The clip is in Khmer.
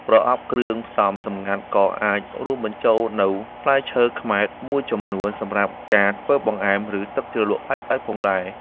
ប្រអប់គ្រឿងផ្សំសម្ងាត់ក៏អាចរួមបញ្ចូលនូវផ្លែឈើខ្មែរមួយចំនួនសម្រាប់ការធ្វើបង្អែម ឬទឹកជ្រលក់ប្លែកៗផងដែរ។